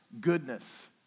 goodness